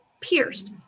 pierced